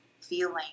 feeling